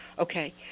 okay